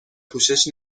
پوشش